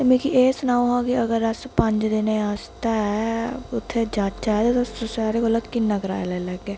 ते मिकी एह् सनाओ हा कि अगर अस पंज दिनें आस्तै उत्थै जाचै ते तुस साढ़े कोला किन्ना कराया लेई लैगे